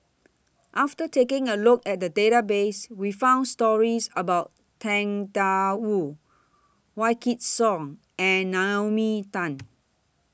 after taking A Look At The Database We found stories about Tang DA Wu Wykidd Song and Naomi Tan